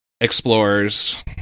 Explorers